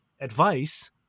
advice